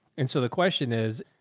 and so the question is,